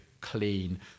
clean